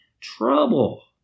Trouble